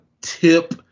tip